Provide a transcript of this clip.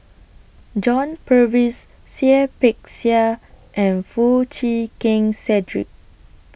John Purvis Seah Peck Seah and Foo Chee Keng Cedric